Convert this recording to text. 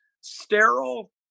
sterile